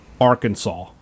Arkansas